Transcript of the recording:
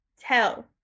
tell